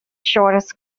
shortest